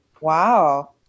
Wow